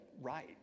right